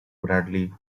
bradley